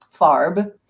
FARB